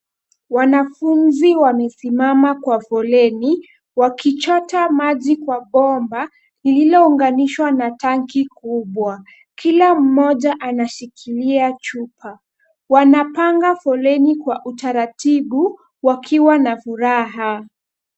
Wanafunzi wamesimama kwa foleni wakichota maji kwa bomba lililoangusha na tanki kubwa. Kila mmoja anashikilia chupa. Wanapanga foleni kwa utaratibu wakiwa na furaha.